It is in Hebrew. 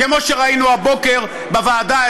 כמו שראינו הבוקר בוועדה,